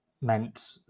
meant